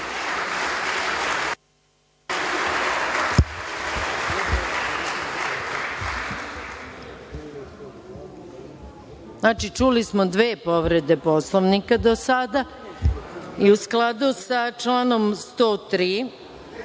Znači, čuli smo dve povrede Poslovnika do sada.U skladu sa članom 103.